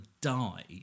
die